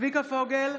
צביקה פוגל,